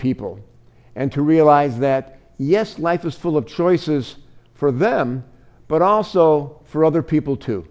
people and to realize that yes life is full of choices for them but also for other people to